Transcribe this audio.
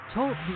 Talk